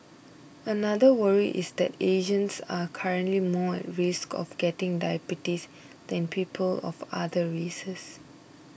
another worry is that Asians are currently more at risk of getting diabetes than people of other races